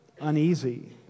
uneasy